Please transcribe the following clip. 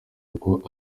avuga